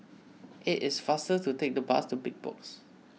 it is faster to take the bus to Big Box